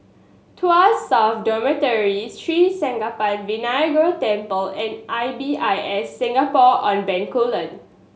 Tuas South Dormitory Sri Senpaga Vinayagar Temple and I B I S Singapore On Bencoolen